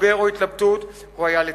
משבר או התלבטות, הוא היה לצדי.